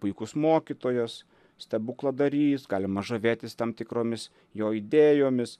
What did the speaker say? puikus mokytojos stebukladarys galima žavėtis tam tikromis jo idėjomis